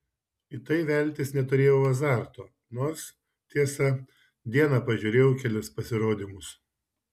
į tai veltis neturėjau azarto nors tiesa dieną pažiūrėjau kelis pasirodymus